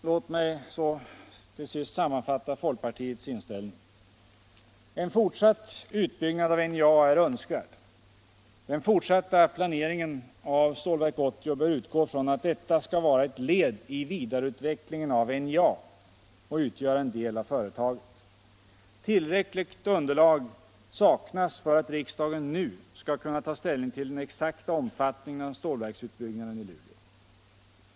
Låt mig till sist sammanfatta folkpartiets inställning: En fortsatt utbyggnad av NJA är önskvärd. Den fortsatta planeringen av Stålverk 80 bör utgå från att detta skall vara ett led i vidareutvecklingen av NJA och utgöra en del av företaget. Tillräckligt underlag saknas för att riksdagen nu skall kunna ta ställning till den exakta omfattningen av en stålverksutbyggnad i Luleå.